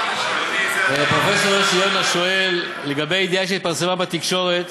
פרופסור יוסי יונה שואל לגבי ידיעה שהתפרסמה בתקשורת